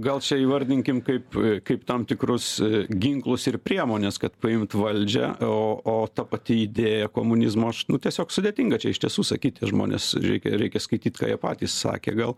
gal čia įvardinkim kaip kaip tam tikrus ginklus ir priemones kad paimt valdžią o o ta pati idėja komunizmo aš nu tiesiog sudėtinga čia iš tiesų sakyt tie žmones reikia reikia skaityt ką jie patys sakė gal